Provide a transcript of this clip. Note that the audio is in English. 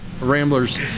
Ramblers